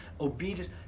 obedience